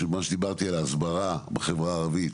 מה שדיברתי על ההסברה בחברה הערבית